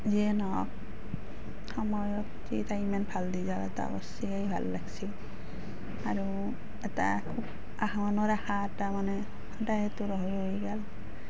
যিয়ে নহওক সময়ত সি এটা ইমান ভাল ৰিজাল্ট এটা কৰিছে এয়ে ভাল লাগিছে আৰু এটা খুব আশা মনৰ আশা এটা মানে সদায় দূৰ হৈ গ'ল